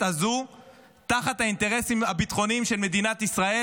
הזאת תחת האינטרסים הביטחוניים של מדינת ישראל.